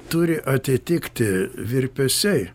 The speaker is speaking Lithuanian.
turi atitikti virpesiai